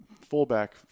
fullback